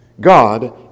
God